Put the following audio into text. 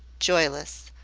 joyless,